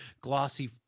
glossy